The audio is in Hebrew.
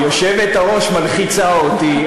אבל היושבת-ראש מלחיצה אותי,